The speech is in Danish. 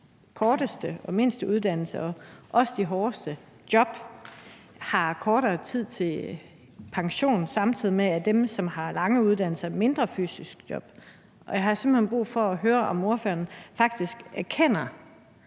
korteste og mindste uddannelser og også de hårdeste job, har kortere tid til pension end dem, som har lange uddannelser og mindre fysisk krævende job? Jeg har simpelt hen brug for at høre, om ordføreren faktisk erkender,